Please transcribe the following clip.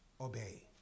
obey